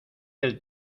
del